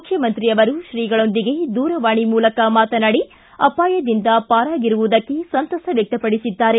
ಮುಖ್ಜಮಂತ್ರಿ ಅವರು ತ್ರೀಗಳೊಂದಿಗೆ ದೂರವಾಣಿ ಮೂಲಕ ಮಾತನಾಡಿ ಅಪಾಯದಿಂದ ಪಾರಾಗಿರುವುದಕ್ಕೆ ಸಂತಸ ವ್ಯಕ್ತಪಡಿಸಿದ್ದಾರೆ